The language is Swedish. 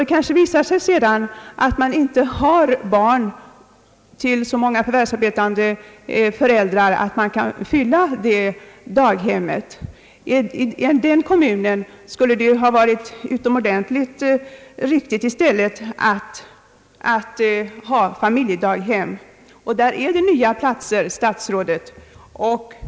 Det kan sedan visa sig, att det i en sådan kommun inte finns så många barn till förvärvsarbetande föräldrar att barndaghemmet kan fyllas. I den kommunen skulle det ju ha varit riktigare att ha familjedaghem, och då blir det också fråga om nya platser, statsrådet Odhnoff.